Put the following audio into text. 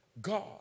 God